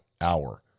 hour